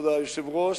כבוד היושב-ראש,